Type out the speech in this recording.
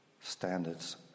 standards